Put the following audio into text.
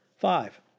Five